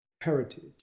heritage